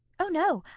oh no!